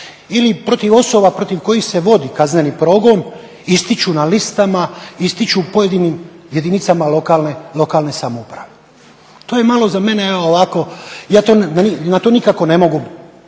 ili protiv osoba protiv kojih se vodi kazneni progon ističu na listama, ističu pojedinim jedinicama lokalne samouprave? To je malo za mene ovako, ja to nikako ne mogu ….